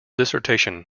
dissertation